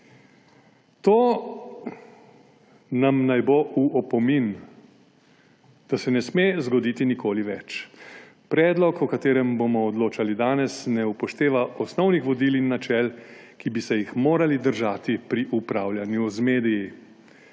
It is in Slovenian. To nam naj bo v opomin, da se ne sme zgoditi nikoli več. Predlog, o katerem bomo odločali danes, ne upošteva osnovnih vodil in načel, ki bi se jih morali držati pri upravljanju z mediji.